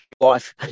life